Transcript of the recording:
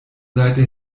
seite